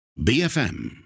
bfm